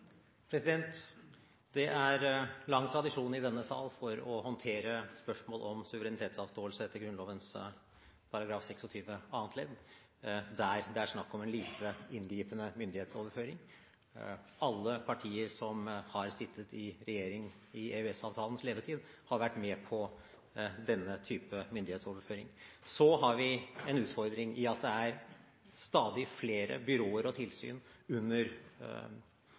Det er lang tradisjon i denne sal for å håndtere spørsmål om suverenitetsavståelse etter Grunnloven § 26 annet ledd, der det er snakk om en lite inngripende myndighetsoverføring. Alle partier som har sittet i regjering i EØS-avtalens levetid, har vært med på denne type myndighetsoverføring. Så har vi en utfordring ved at det er stadig flere byråer og tilsyn under